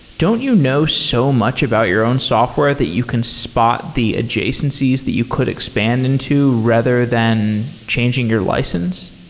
don't you know so much about your own software that you can spot the adjacencies that you could expand into rather than changing your license?